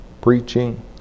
preaching